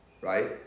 Right